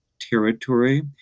territory